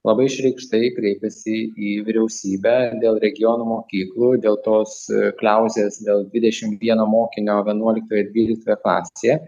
labai išreikštai kreipėsi į vyriausybę dėl regionų mokyklų dėl tos kliauzės dėl dvidešim vieno mokinio vienuoliktoj dvyliktoje klasėje